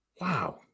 wow